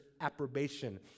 approbation